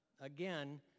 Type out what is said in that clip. Again